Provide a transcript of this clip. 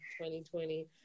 2020